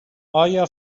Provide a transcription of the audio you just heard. آیا